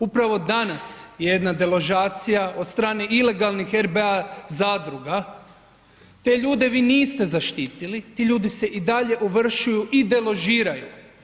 Upravo danas je jedna deložacija od strane ilegalnih RBA zadruga, te ljude vi niste zaštitili, ti ljudi se i dalje ovršuju i deložiraju.